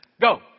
Go